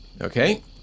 Okay